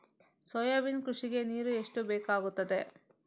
Soybean ಕೃಷಿಗೆ ನೀರು ಎಷ್ಟು ಬೇಕಾಗುತ್ತದೆ?